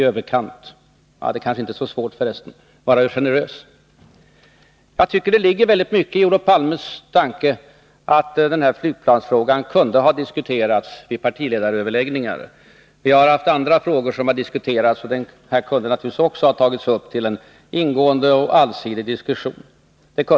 Jag tycker att det ligger väldigt mycket i Olof Palmes tanke att flygplansfrågan kunde ha diskuterats vid partiledaröverläggningar. Andra frågor har diskuterats på det sättet, och också den här kunde naturligtvis ha tagits upp till en ingående och allsidig diskussion.